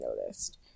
noticed